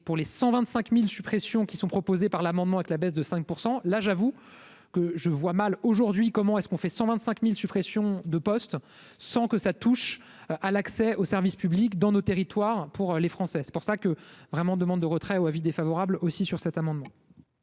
pour les 125000 suppressions qui sont proposés par l'amendement avec la baisse de 5 % là j'avoue que je vois mal aujourd'hui comment est-ce qu'on fait 125000 suppressions de postes, sans que ça touche à l'accès aux services publics dans nos territoires, pour les Français, c'est pour ça que vraiment demande de retrait ou avis défavorable aussi sur cet amendement.